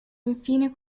infine